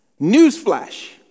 newsflash